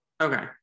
Okay